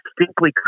distinctly